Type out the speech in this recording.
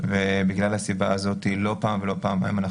ובגלל הסיבה הזאת לא פעם ולא פעמיים אנחנו